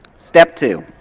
step two,